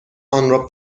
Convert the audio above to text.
آنرا